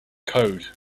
code